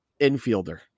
infielder